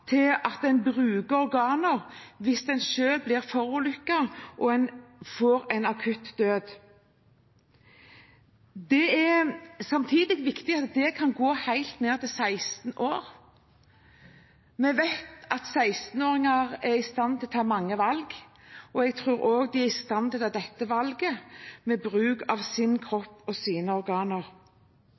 til at en kan bruke deres organer hvis de forulykker og får en brå død. Det er samtidig viktig at den nedre grensen går helt ned til 16 år. Vi vet at 16-åringer er i stand til å ta mange valg, og jeg tror også de er stand til å ta dette valget, som handler om bruk av deres kropp og deres organer.